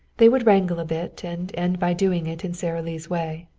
they would wrangle a bit, and end by doing it in sara lee's way.